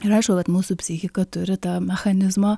ir aišku kad mūsų psichika turi tą mechanizmą